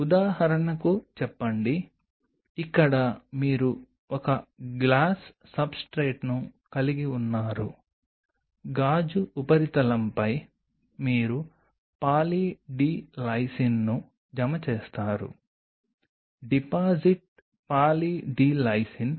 ఉదాహరణకు చెప్పండి ఇక్కడ మీరు ఒక గ్లాస్ సబ్స్ట్రేట్ని కలిగి ఉన్నారు గాజు ఉపరితలంపై మీరు పాలీ డి లైసిన్ను జమ చేస్తారు డిపాజిట్ పాలీ డి లైసిన్